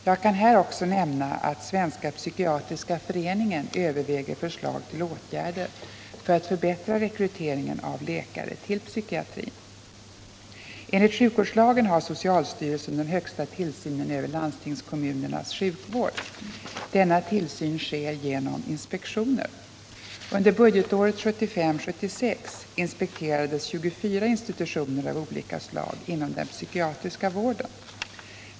Jag kan här också nämna att Svenska psykiatriska föreningen överväger förslag till åtgärder för att förbättra rekryteringen av läkare till psykiatrin. Enligt sjukvårdslagen har socialstyrelsen den högsta tillsynen över landstingskommunernas sjukvård. Denna tillsyn sker genom inspektioner. Under budgetåret 1975/76 inspekterades 24 institutioner av olika slag inom den psykiatriska vården.